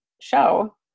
show